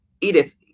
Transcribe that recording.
Edith